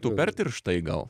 tų per tirštai gal